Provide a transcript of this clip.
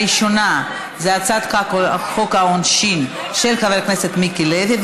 הראשונה היא הצעת חוק העונשין של חבר הכנסת מיקי לוי,